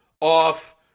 off